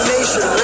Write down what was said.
Nation